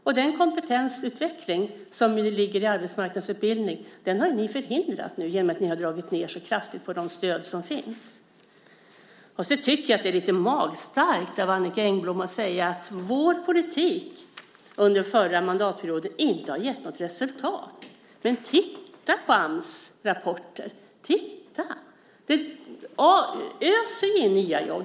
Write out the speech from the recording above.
Och den kompetensutveckling som ligger i arbetsmarknadsutbildning har ni förhindrat nu genom att ni har dragit ned så kraftigt på de stöd som finns. Jag tycker att det är lite magstarkt av Annicka Engblom att säga att vår politik under den förra mandatperioden inte har gett något resultat. Titta på Ams rapporter! Det öser ju in nya jobb.